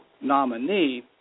nominee